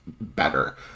better